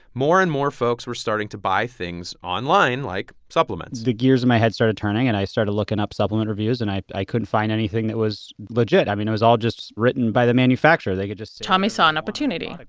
more and more folks were starting to buy things online, like supplements the gears in my head started turning, and i started looking up supplement reviews, and i i couldn't find anything that was legit. i mean, it was all just written by the manufacturer. they could just. tommy saw an opportunity. like